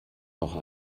auch